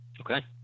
Okay